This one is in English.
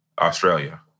Australia